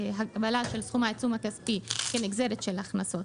הגבלה של סכום העיצום הכספי כנגזרת של הכנסות.